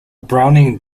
browning